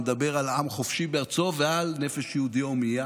מדבר על עם חופשי בארצו ועל נפש יהודי הומייה.